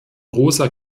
rosa